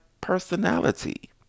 personality